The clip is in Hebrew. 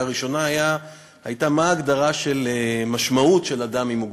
הראשונה היה מה ההגדרה של משמעות "אדם עם מוגבלות",